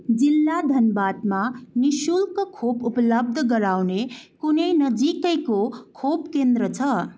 जिल्ला धनबादमा नि शुल्क खोप उपलब्ध गराउने कुनै नजिकैको खोप केन्द्र छ